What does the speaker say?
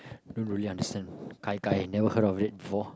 I don't really understand Kai-Kai I never heard of it before